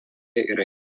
yra